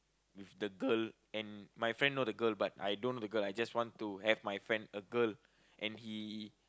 with the girl and my friend know the girl but I don't know the girl I just want to have my friend a girl and he